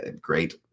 great